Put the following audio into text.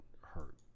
hurt